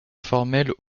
formelle